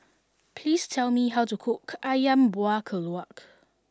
please tell me how to cook Ayam Buah Keluak